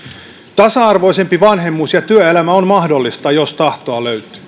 tasa arvoisempi vanhemmuus ja työelämä ovat mahdollisia jos tahtoa löytyy